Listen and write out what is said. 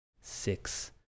six